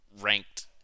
ranked